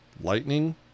lightning